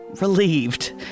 relieved